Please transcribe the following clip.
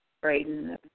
Braden